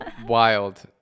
wild